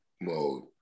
mode